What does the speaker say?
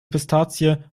pistazie